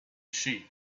sheep